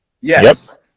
yes